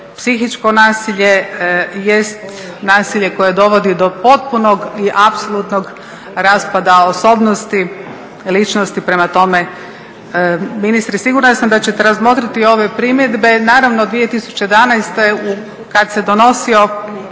Psihičko nasilje jest nasilje koje dovodi do potpunog i apsolutnog raspada osobnosti ličnosti. Prema tome ministre sigurna sam da ćete razmotriti ove primjedbe. Naravno, 2011. kad se donosio